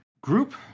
group